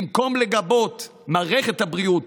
במקום לגבות את מערכת הבריאות,